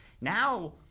now